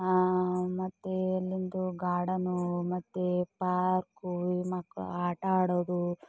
ಮತ್ತೆ ಅಲ್ಲಿಂದು ಗಾರ್ಡನ್ನು ಮತ್ತೆ ಪಾರ್ಕು ಮಕ್ಕಳು ಆಟ ಆಡೋದು